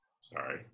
Sorry